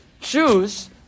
choose